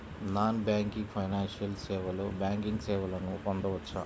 Non banking financial సేవలో banking సేవలను పొందవచ్చా?